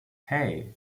hey